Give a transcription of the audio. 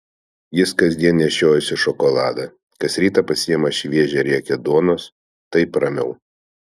jis kasdien nešiojasi šokoladą kas rytą pasiima šviežią riekę duonos taip ramiau